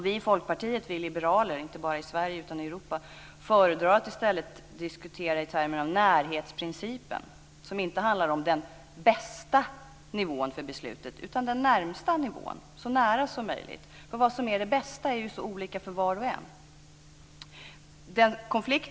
Vi i Folkpartiet är liberaler, inte bara i Sverige utan i Europa, och föredrar att diskutera i termer av närhetsprincipen, som inte handlar om den bästa nivån för beslutet utan den närmaste nivån, så nära som möjligt. Vad som är det bästa är ju så olika för var och en.